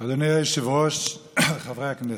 הכנסת,